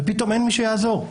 ופתאום אין מי שיעזור.